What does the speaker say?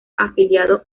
afiliado